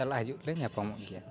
ᱪᱟᱞᱟᱜ ᱦᱤᱡᱩᱜ ᱞᱮ ᱧᱟᱯᱟᱢᱚᱜ ᱜᱮᱭᱟ